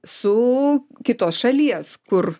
su kitos šalies kur